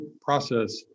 process